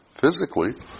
physically